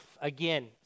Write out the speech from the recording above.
Again